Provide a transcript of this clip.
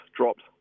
dropped